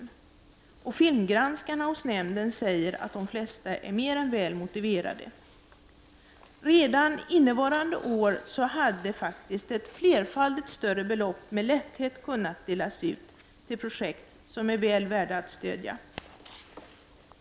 Filmgranskarna hos nämnden säger att de flesta är väl motiverade. Redan innevarande år hade ett flerfaldigt större belopp med lätthet kunnat delas ut till projekt som är väl värda att stödjas.